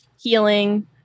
healing